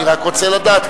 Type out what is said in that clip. אני רק רוצה לדעת,